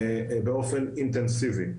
באופן אינטנסיבי.